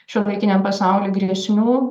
šiuolaikiniam pasauly grėsmių